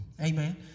Amen